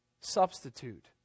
substitute